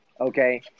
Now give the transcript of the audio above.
Okay